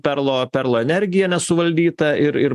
perlo perlo energija nesuvaldyta ir ir